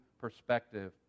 perspective